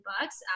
bucks